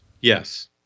Yes